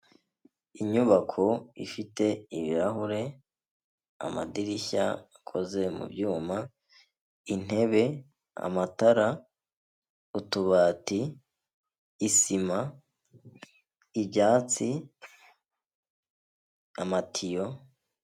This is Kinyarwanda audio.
Inyubako ifite ibirahure, amadirishya akoze mu byuma, intebe, amatara, utubati, isima, ibyatsi, amatiyo.